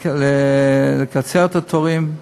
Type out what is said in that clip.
לקיצור תורים.